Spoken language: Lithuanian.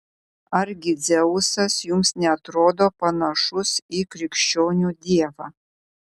argi dzeusas jums neatrodo panašus į krikščionių dievą